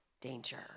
danger